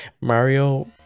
mario